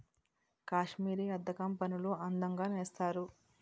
కాశ్మీరీ అద్దకం పనులు అందంగా నేస్తారు